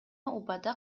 убада